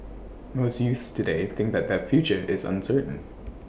most youths today think that their future is uncertain